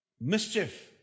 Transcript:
Mischief